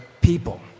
people